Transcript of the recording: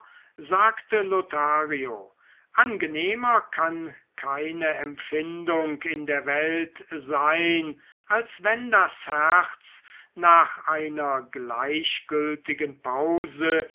sagte lothario angenehmer kann keine empfindung in der welt sein als wenn das herz nach einer gleichgültigen pause